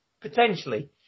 Potentially